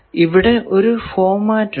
ഇവിടെ ഒരു ഫോർമാറ്റ് ഉണ്ട്